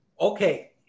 Okay